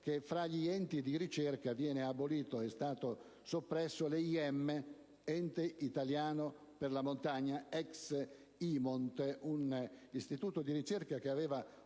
che fra gli enti di ricerca viene soppresso l'EIM, Ente italiano per la montagna, ex Imont, un istituto di ricerca che aveva